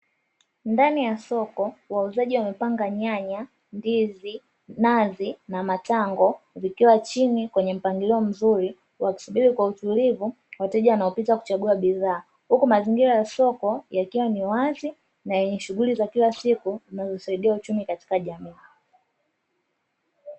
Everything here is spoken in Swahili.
Ndani ya soko wauzaji wamepanga: nyanya, ndizi, nazi, na matango; vikiwa chini kwenye mpangilio mzuri wakisubiri kwa utulivu wateja wanaopita kuchagua bidhaa. Huku mazingira ya soko yakiwa ni wazi na yenye shughuli za kila siku zinazosaidia uchumi katika jamii.